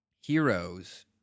heroes